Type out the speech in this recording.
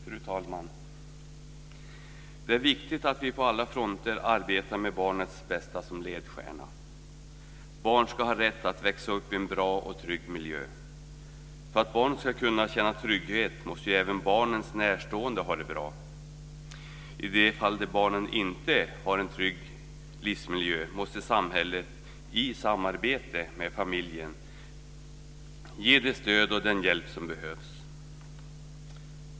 Fru talman! Det är viktigt att vi på alla fronter arbetar med barnets bästa som ledstjärna. Barn ska ha rätt att växa upp i en bra och trygg miljö. För att barn ska kunna känna trygghet måste även barnens närstående ha det bra. I de fall där barnen inte har en trygg livsmiljö måste samhället i samarbete med familjen ge det stöd och den hjälp som behövs.